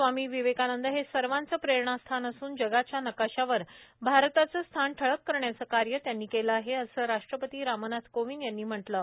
स्वामी विवेकानंद हे सर्वांचं प्रेरणास्थान असून जगाच्या नकाशावर भारताचं स्थान ठळक करण्याचं कार्य त्यांनी केलं आहे असे राष्ट्रपती रामनाथ कोविंद यांनी म्हटलं आहे